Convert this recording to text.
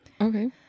Okay